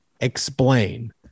explain